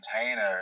container